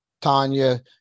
Tanya